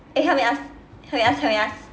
eh help me ask help me ask help me ask